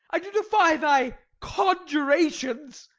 i do defy thy conjurations,